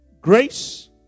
grace